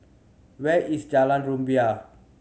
where is Jalan Rumbia